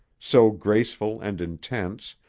so graceful and intense,